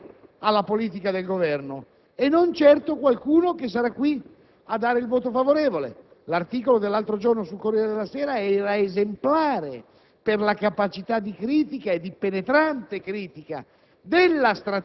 riconosciamo in lui un fiero esponente di opposizione alla politica del Governo e non certo qualcuno che sarà qui a dare un voto favorevole. L'articolo pubblicato l'altro giorno sul «Corriere della Sera» era esemplare